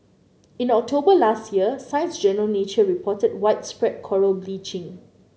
in October last year Science Journal Nature reported widespread coral bleaching